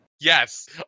Yes